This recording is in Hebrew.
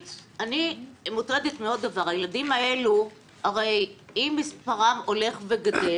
אני מוטרדת מעוד דבר אם מספרם של הילדים האלו הולך וגדל,